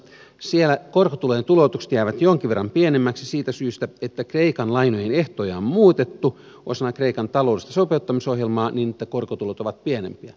siellä korkotulojen tuloutukset jäävät jonkin verran pienemmäksi siitä syystä että kreikan lainojen ehtoja on muutettu osana kreikan taloudellista sopeuttamisohjelmaa niin että korkotulot ovat pienempiä